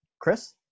Chris